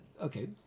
Okay